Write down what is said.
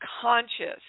conscious